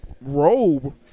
robe